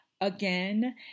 Again